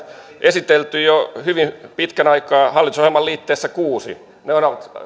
esitelty jo hyvin pitkän aikaa hallitusohjelman liitteessä kuusi ne ovat